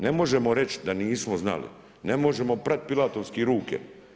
Ne možemo reći da nismo znali, ne možemo prati pilatorski ruke.